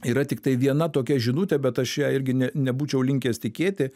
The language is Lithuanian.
yra tiktai viena tokia žinutė bet aš ja irgi ne nebūčiau linkęs tikėti